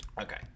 Okay